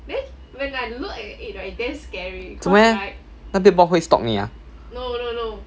做么 meh 他 big box 会 stalk 你 ah